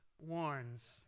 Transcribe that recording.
warns